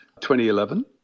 2011